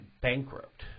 bankrupt